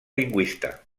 lingüista